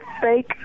fake